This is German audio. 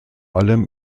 allem